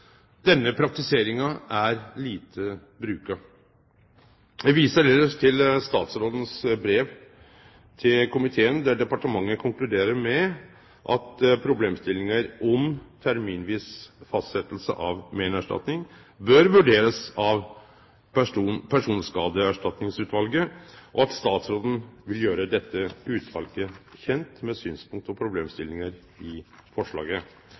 denne praktiseringa er lite brukt. Eg viser elles til statsrådens brev til komiteen, der departementet konkluderer med at problemstillingar om terminviss fastsetjing av meinerstatning bør vurderast av Personskadeerstatningsutvalet, og at statsråden vil gjere dette utvalet kjent med synspunkt og problemstillingar i forslaget.